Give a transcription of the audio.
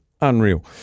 Unreal